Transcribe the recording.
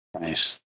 Nice